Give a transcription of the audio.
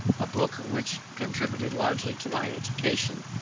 a book which contributed largely to my education,